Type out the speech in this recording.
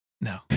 no